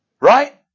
Right